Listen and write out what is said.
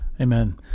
amen